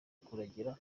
kuragira